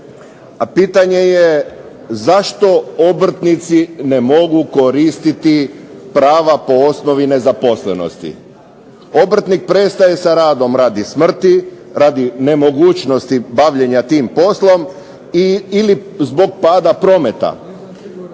pitanje je zašto obrtnici ne mogu koristiti prava po osnovi nezaposlenosti. Obrtnik prestaje sa radom radi smrti, radi nemogućnosti bavljenja tim poslom ili zbog pada prometa,